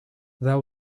there